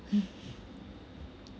mm